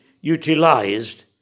utilized